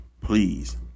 please